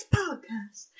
podcast